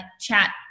chat